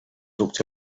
looked